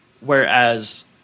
whereas